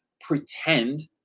pretend